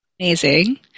Amazing